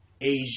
Asia